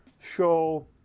show